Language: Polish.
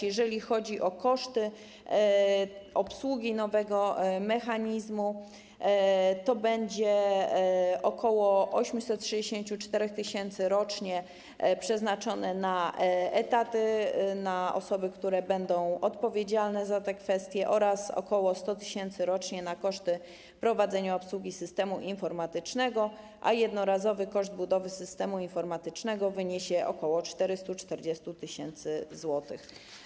Jeżeli chodzi o koszty obsługi nowego mechanizmu, to ok. 864 tys. rocznie będzie przeznaczone na etaty, na osoby, które będą odpowiedzialne za te kwestie, oraz ok. 100 tys. rocznie na koszty prowadzenia obsługi systemu informatycznego, a jednorazowy koszt budowy systemu informatycznego wyniesie ok. 440 tys. zł.